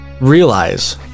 realize